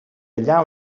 allà